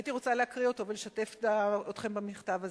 והייתי רוצה להקריא אותו ולשתף אתכם במכתב הזה: